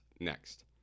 next